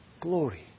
glory